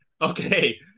Okay